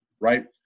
Right